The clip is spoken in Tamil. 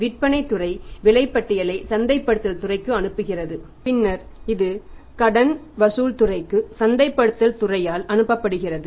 விற்பனைத் துறை விலைப் பட்டியலை சந்தைப்படுத்தல் துறைக்கு அனுப்புகிறது பின்னர் இது இதை கடன் வசூல் துறைக்கு சந்தைப்படுத்தல் துறையால் அனுப்பப்படுகிறது